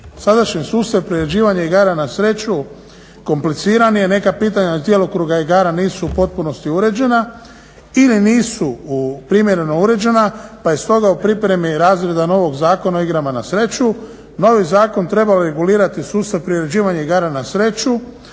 "Sadašnji sustav priređivanja igara na sreću kompliciran je. Neka pitanja iz djelokruga igara nisu u potpunosti uređena ili nisu primjereno uređena, pa je stoga u pripremi razrada novog Zakona o igrama na sreću. Novi zakon treba regulirati sustav priređivanja igara na sreću